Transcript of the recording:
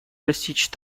достичь